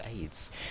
AIDS